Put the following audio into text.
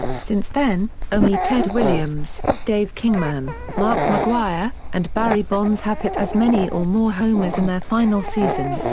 since then, only ted williams, dave kingman, mark mcgwire, and barry bonds have hit as many or more homers in their final season.